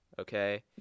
okay